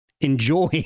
enjoy